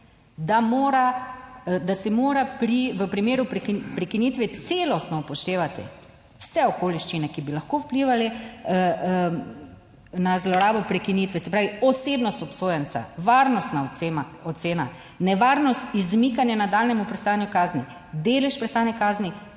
da se mora v primeru prekinitve celostno upoštevati vse okoliščine, ki bi lahko vplivale na zlorabo prekinitve, se pravi osebnost obsojenca, varnostna ocena, nevarnost izmikanja nadaljnjemu prestajanju kazni, delež prestajanja kazni,